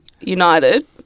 United